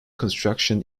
construction